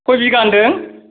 खय बिगा होनदों